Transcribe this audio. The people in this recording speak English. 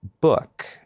book